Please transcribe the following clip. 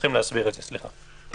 רציתי רק להגיד שחוק אוויר נקי,